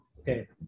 Okay